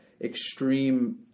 extreme